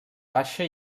baixa